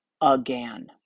again